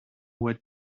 what